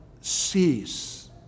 cease